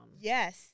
Yes